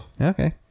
Okay